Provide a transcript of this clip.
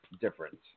different